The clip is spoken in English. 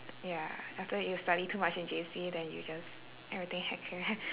ya after you study too much in J_C then you just everything heck care